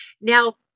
Now